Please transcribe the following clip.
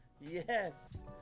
yes